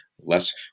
less